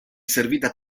servita